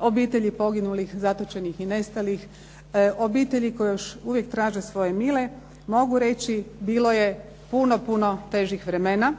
obitelji poginulih, zatočenih i nestalih, obitelji koji još uvijek traže svoje mile, mogu reći bilo je puno, puno težih vremena.